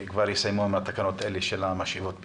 שיסיימו כבר עם התקנות האלה בעניין משאבות הבטון.